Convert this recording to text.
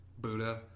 Buddha